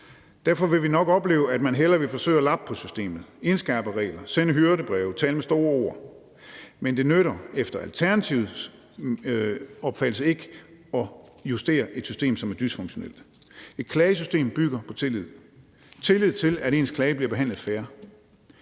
Derfor vil vi nok opleve, at man hellere vil forsøge at lappe på systemet, indskærpe regler, sende hyrdebreve og tale med store bogstaver, men det nytter efter Alternativets opfattelse ikke at justere et system, som er dysfunktionelt. Et klagesystem bygger på tillid, tillid til, at ens klage bliver behandlet fair,